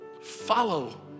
follow